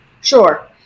Sure